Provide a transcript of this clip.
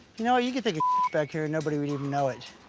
you know, you could take a back here, and nobody would even know it.